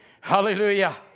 Hallelujah